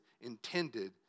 intended